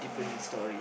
yeah